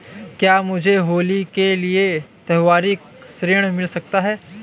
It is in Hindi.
क्या मुझे होली के लिए त्यौहारी ऋण मिल सकता है?